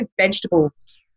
vegetables